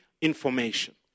information